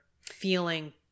feeling